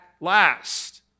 last